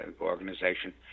organization